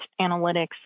analytics